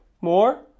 more